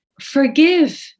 forgive